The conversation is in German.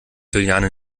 juliane